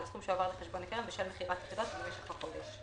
על הסכום שהועבר לחשבון הקרן בשל מכירת יחידות במשך החודש."